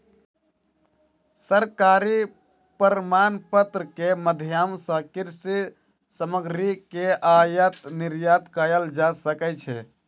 सरकारी प्रमाणपत्र के माध्यम सॅ कृषि सामग्री के आयात निर्यात कयल जा सकै छै